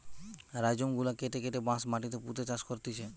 rhizome গুলা কেটে কেটে বাঁশ মাটিতে পুঁতে চাষ করতিছে